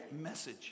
message